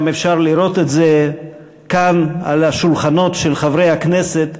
גם אפשר לראות את זה כאן על השולחנות של חברי הכנסת,